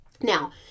Now